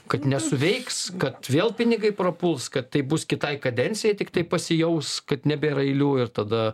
kad nesuveiks kad vėl pinigai prapuls kad tai bus kitai kadencijai tiktai pasijaus kad nebėra eilių ir tada